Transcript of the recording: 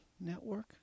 network